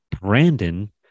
Brandon